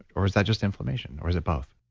or, is that just inflammation? or, is it both?